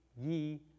ye